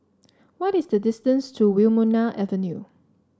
what is the distance to Wilmonar Avenue